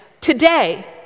today